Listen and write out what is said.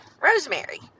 Rosemary